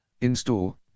Install